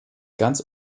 ganz